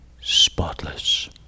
spotless